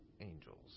angels